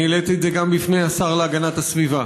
העליתי את זה גם לפני השר להגנת הסביבה.